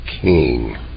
king